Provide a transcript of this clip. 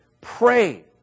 Pray